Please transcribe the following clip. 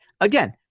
again